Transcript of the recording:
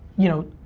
you know,